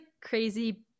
crazy